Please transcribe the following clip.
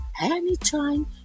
anytime